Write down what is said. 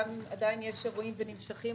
גם אם עדיין יש אירועים והם נמשכים,